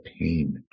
pain